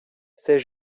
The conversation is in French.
ses